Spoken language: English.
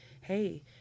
hey